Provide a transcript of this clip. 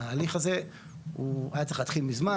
ההליך הזה הוא היה צריך להתחיל מזמן.